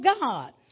God